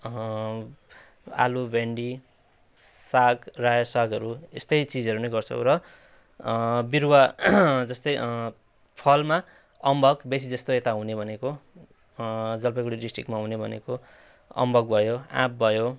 आलु भिन्डी साग राया सागहरू यस्तै चिजहरू नै गर्छौँ र बिरुवा जस्तै फलमा अम्बक बेसी जस्तो यता हुने भनेको जलपाइगुडी डिस्ट्रिक्टमा हुने भनेको अम्बक भयो आँप भयो